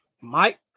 Mike